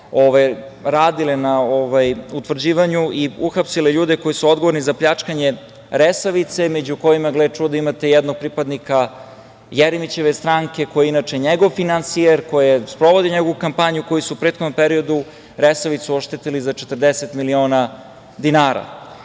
radile na utvrđivanju i uhapsile ljude koji su odgovorni za pljačkanje „Resavice“, među kojima, gle čuda, imate jednog pripadnika Jeremićeve stranke, koji je inače njegov finansijer, koji sprovodi njegovu kampanju, koji su u prethodnom periodu „Resavicu“ oštetili za 40 miliona